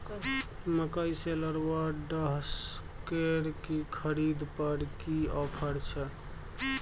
मकई शेलर व डहसकेर की खरीद पर की ऑफर छै?